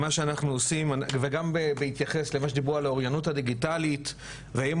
וגם בהתייחס למה שדיברו על האוריינות הדיגיטלית והאם